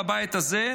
בבית הזה,